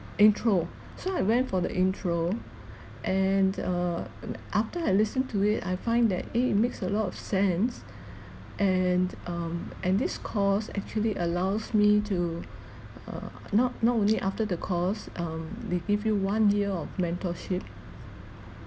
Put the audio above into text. intro so I went for the intro and uh after I listened to it I find that eh it makes a lot of sense and um and this course actually allows me to uh not not only after the course um they give you one year of mentorship